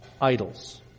idols